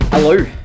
Hello